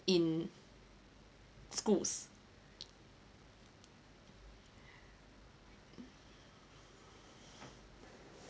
in schools